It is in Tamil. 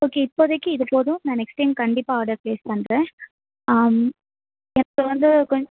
ஓகே இப்போதிக்கி இது போதும் நான் நெக்ஸ்ட் டைம் கண்டிப்பாக ஆடர் ப்ளேஸ் பண்ணுறேன் எனக்கு வந்து கொஞ்